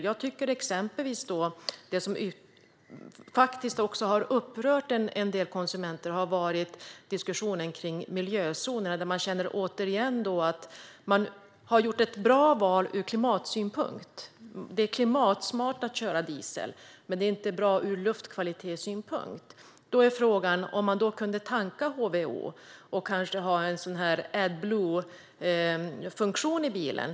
Det som har upprört en del konsumenter har varit diskussionen om miljözoner. Man har gjort ett bra val från klimatsynpunkt. Det är klimatsmart att köra på diesel, men det är inte bra från luftkvalitetssynpunkt. Då är frågan om konsumenterna kan tanka HVO och kanske ha en adbluefunktion i bilen.